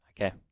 Okay